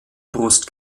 brust